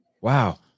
Wow